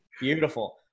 Beautiful